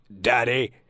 Daddy